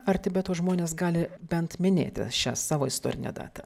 ar tibeto žmonės gali bent minėti šią savo istorinę datą